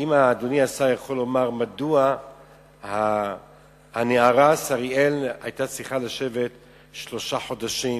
האם אדוני השר יכול לומר מדוע הנערה שריאל היתה צריכה לשבת שלושה חודשים